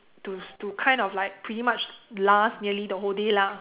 to to kind of like pretty much last nearly the whole day lah